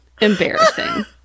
Embarrassing